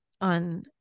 on